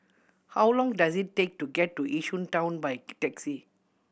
how long does it take to get to Yishun Town by taxi